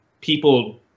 people